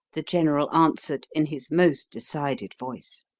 the general answered in his most decided voice.